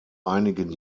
einigen